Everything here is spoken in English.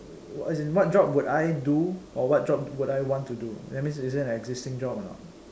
uh as in what job would I do or what job would I want to do that means is there an existing job or not